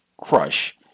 Crush